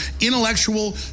intellectual